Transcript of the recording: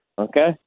okay